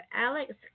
Alex